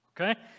Okay